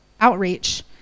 outreach